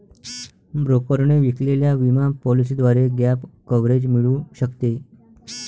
ब्रोकरने विकलेल्या विमा पॉलिसीद्वारे गॅप कव्हरेज मिळू शकते